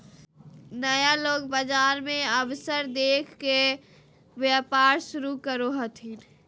नया लोग बाजार मे अवसर देख के व्यापार शुरू करो हथिन